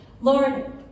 Lord